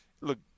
look